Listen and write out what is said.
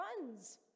runs